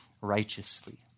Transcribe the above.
righteously